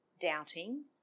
doubting